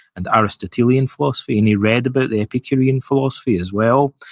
and aristotelian philosophy, and he read about the epicurean philosophy as well.